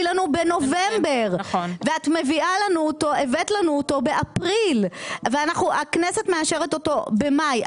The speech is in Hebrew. לנו בנובמבר והבאת לנו אותו באפריל והכנסת מאשרת אותו במאי,